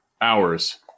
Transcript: hours